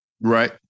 Right